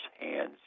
hands